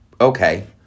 Okay